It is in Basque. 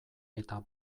eta